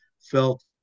felt